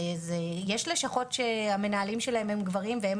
יש לשכות שהמנהלים שלהם הם גברים והם